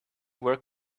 work